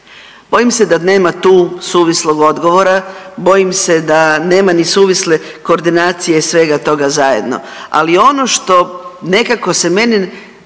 Bojim se da nema tu suvislog odgovora. Bojim se da nema ni suvisle koordinacije svega toga zajedno, ali ono što nekako se meni